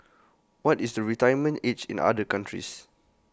what is the retirement age in other countries